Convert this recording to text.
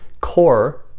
core